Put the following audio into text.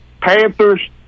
Panthers